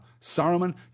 Saruman